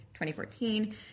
2014